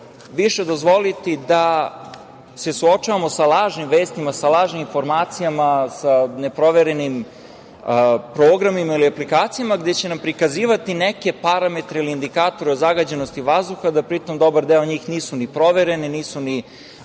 više dozvoliti da se suočavamo sa lažnim vestima, sa lažnim informacijama, sa neproverenim programima ili aplikacijama, gde će nem prikazivati neke parametre ili indikatore o zagađenosti vazduha, da pri tom dobar deo njih nisu ni provereni, nije ni